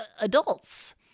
adults